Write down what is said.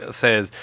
says